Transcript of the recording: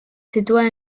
sitúan